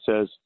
says